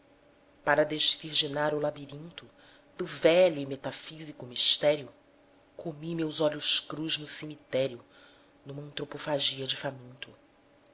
para desvirginar o labirinto do velho e metafísico mistério comi meus olhos crus no cemitério numa antropofagia de faminto